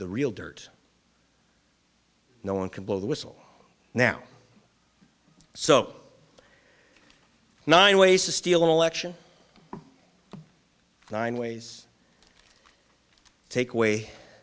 the real dirt no one can blow the whistle now so nine ways to steal an election nine ways take away